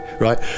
right